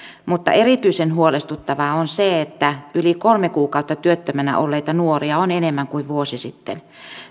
erityisen huolestuttavaa on se että yli kolme kuukautta työttömänä olleita nuoria on enemmän kuin vuosi sitten